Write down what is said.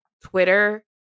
twitter